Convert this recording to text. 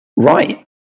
Right